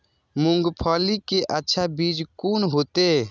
मूंगफली के अच्छा बीज कोन होते?